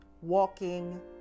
walking